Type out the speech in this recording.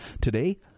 Today